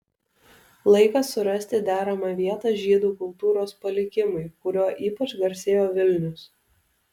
laikas surasti deramą vietą žydų kultūros palikimui kuriuo ypač garsėjo vilnius